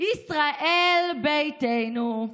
ישראל ביתנו.